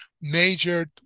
major